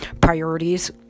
priorities